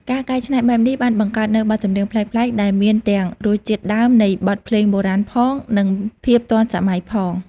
ការកែច្នៃបែបនេះបានបង្កើតនូវបទចម្រៀងប្លែកៗដែលមានទាំងរសជាតិដើមនៃបទភ្លេងបុរាណផងនិងភាពទាន់សម័យផង។